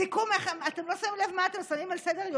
לסיכום: אתם לא שמים לב מה אתם שמים על סדר-יומנו?